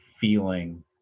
feeling